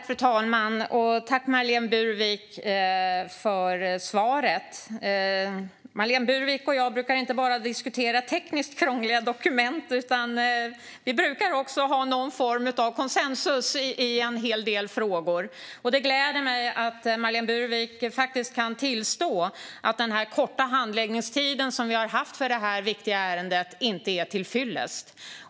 Fru talman! Tack, Marlene Burwick, för svaret! Marlene Burwick och jag brukar inte bara diskutera tekniskt krångliga dokument, utan vi brukar också ha någon form av konsensus i en hel del frågor. Det gläder mig att Marlene Burwick faktiskt kan tillstå att den korta handläggningstid som vi har haft för detta viktiga ärende inte är till fyllest.